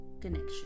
connection